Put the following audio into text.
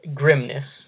grimness